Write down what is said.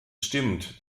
stimmt